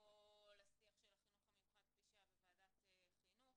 כל השיח של החינוך המיוחד כפי שהיה בוועדת חינוך.